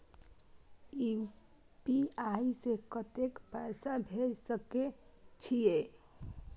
UPI से कत्ते पैसा भेज सके छियै?